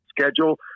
schedule